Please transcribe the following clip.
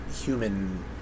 human